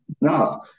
No